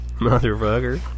Motherfucker